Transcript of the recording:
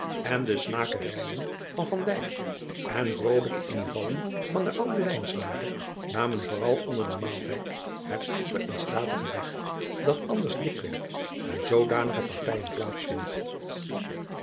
en de snakerijen van en vrolijke invallen van den ouden namen vooral onder den maaltijd het stroeve en statige weg dat anders dikwerf bij zoodanige partijen